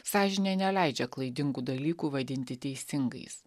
sąžinė neleidžia klaidingų dalykų vadinti teisingais